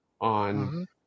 on